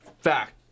Fact